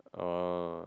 oh